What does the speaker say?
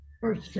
First